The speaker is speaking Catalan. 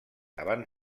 abans